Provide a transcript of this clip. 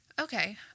Okay